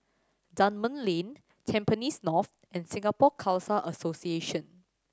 Dunman Lane Tampines North and Singapore Khalsa Association